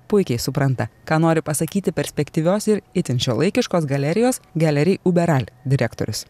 puikiai supranta ką nori pasakyti perspektyvios ir itin šiuolaikiškos galerijos gelery uberal direktorius